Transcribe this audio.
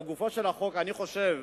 לגופו של החוק אני חושב,